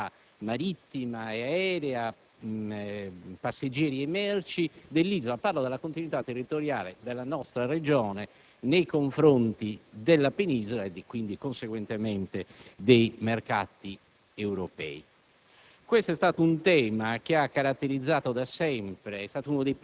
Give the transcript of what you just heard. sia da un punto di vista ambientale. Parlo della accessibilità marittima ed aerea (passeggeri e merci) dell'isola; parlo della continuità territoriale della nostra Regione nei confronti della penisola e, conseguentemente, dei mercati europei.